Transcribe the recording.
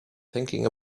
thinking